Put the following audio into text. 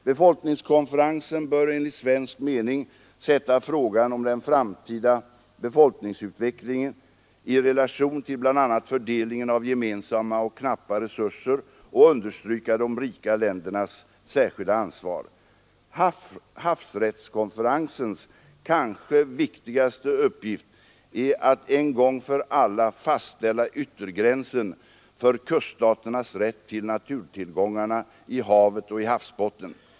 Befolkningskonferensen bör enligt svensk mening sätta frågan om den framtida befolkningsutvecklingen i relation till bl.a. fördelningen av gemensamma och knappa resurser och understryka de rika ländernas särskilda ansvar. Havsrättskonferensens kanske viktigaste uppgift är att en gång för alla fastställa yttergränsen för kuststaternas rätt till naturtillgångarna i havet och i havsbottnen.